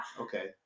Okay